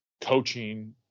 coaching